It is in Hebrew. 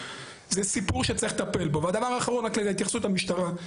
זה סיפור שצריך לטפל בו והדבר האחרון רק להתייחסות המשטרה,